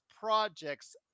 projects